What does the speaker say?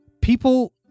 people